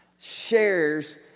shares